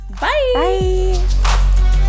Bye